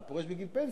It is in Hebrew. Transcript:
אתה פורש בגיל פנסיה,